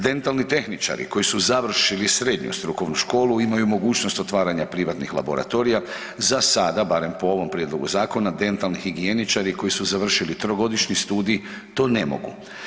Dentalni tehničari koji su završili srednju strukovnu školu imaju mogućnost otvaranja privatnih laboratorija, za sada, barem po ovom prijedlogu zakona dentalni higijeničari koji su završili trogodišnji studij to ne mogu.